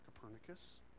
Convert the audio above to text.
Copernicus